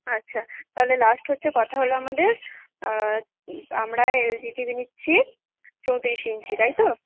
আচ্ছা তাহলে লাস্ট হচ্ছে কথা হলো আমাদের আমরা এল জি টি ভি নিচ্ছি চৌত্রিশ ইঞ্চি তাই তো